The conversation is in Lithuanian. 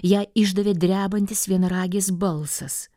ją išdavė drebantis vienaragės balsas